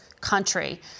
country